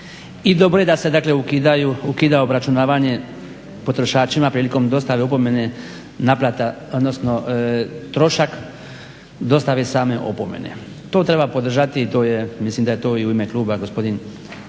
i dobro je da se ukida obračunavanje potrošačima prilikom dostave opomene naplate odnosno trošak dostave same opomene. To treba podržati i mislim da je to i u ime kluba gospodin